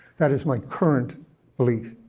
that is my current belief,